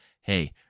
Hey